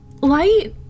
light